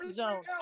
zone